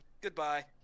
goodbye